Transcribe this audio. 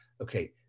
okay